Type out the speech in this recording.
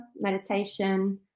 meditation